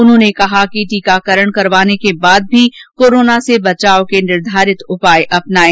उन्होंने कहा कि टीकाकरण करवाने के बाद भी कोरोना से बचाव के निर्घारित उपाय अपनाएं